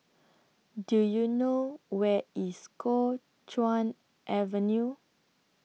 Do YOU know Where IS Kuo Chuan Avenue